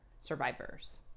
survivors